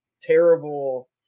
terrible